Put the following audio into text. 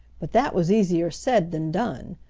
but that was easier said than done,